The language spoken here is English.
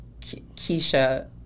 Keisha